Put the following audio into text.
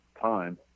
time